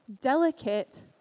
delicate